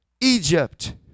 Egypt